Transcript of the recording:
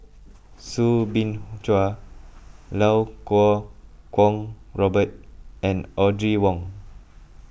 Soo Bin Chua Lau Kuo Kwong Robert and Audrey Wong